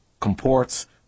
comports